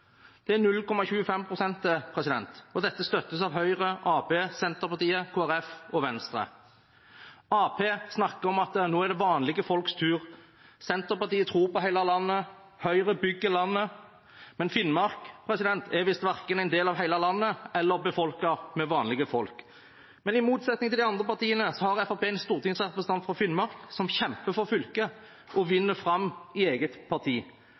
Det er 0,25 pst., og det støttes av Høyre, Arbeiderpartiet, Senterpartiet, Kristelig Folkeparti og Venstre. Arbeiderpartiet snakker om at nå er det vanlige folks tur, Senterpartiet tror på hele landet, Høyre bygger landet, men Finnmark er visst verken en del av hele landet eller befolket med vanlige folk. I motsetning til de andre partiene har Fremskrittspartiet en stortingsrepresentant fra Finnmark som kjemper for fylket og vinner fram i eget parti.